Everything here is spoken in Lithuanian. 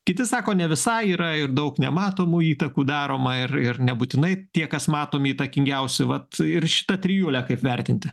kiti sako ne visai yra ir daug nematomų įtakų daroma ir ir nebūtinai tie kas matomi įtakingiausi vat ir šitą trijulę kaip vertinti